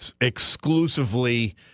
exclusively